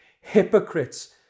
hypocrites